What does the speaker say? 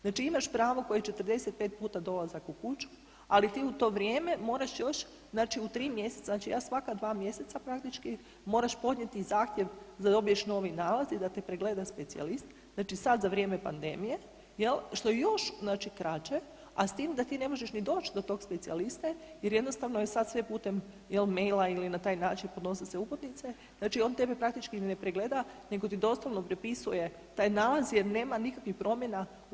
Znači imaš pravo koje je 45 puta dolazak u kući, ali ti u to vrijeme moraš još u 3 mjeseca, znači ja svaka 2 mjeseca praktički, moraš podnijeti zahtjev da dobiješ novi nalaz i da te pregleda specijalist, znači sad za vrijeme pandemije jel, što je još znači kraće, a s tim da ti ni možeš niti doći do tog specijaliste jer jednostavno je sad sve putem jel maila ili na taj način podnose se uputnice, znači on tebe praktički ni ne pregleda nego ti doslovno prepisuje taj nalaz jer nema nikakvih promjena u